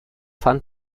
pfand